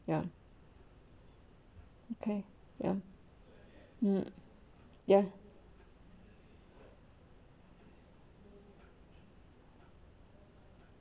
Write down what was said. ya okay ya mm ya